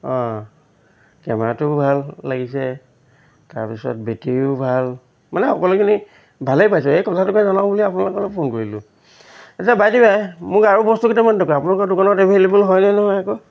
অঁ কেমেৰাটোও ভাল লাগিছে তাৰপিছত বেটেৰীও ভাল মানে সকলোখিনি ভালেই পাইছোঁ এই কথাটোকে জনাওঁ বুলি আপোনালোকলৈ ফোন কৰিলোঁ এতিয়া বাই দি ৱে মোক আৰু বস্তু কেইটামান দৰকাৰ আপোনালোকৰ দোকানত এভেইলেবল হয়নে নহয় আকৌ